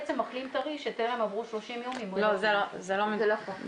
בעצם מחלים טרי שטרם עברו 30 יום ממועד --- זה לא מדויק.